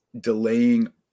delaying